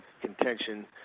contention